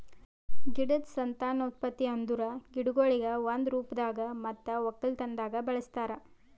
ಗಿಡದ್ ಸಂತಾನೋತ್ಪತ್ತಿ ಅಂದುರ್ ಗಿಡಗೊಳಿಗ್ ಒಂದೆ ರೂಪದಾಗ್ ಮತ್ತ ಒಕ್ಕಲತನದಾಗ್ ಬಳಸ್ತಾರ್